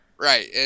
Right